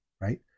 right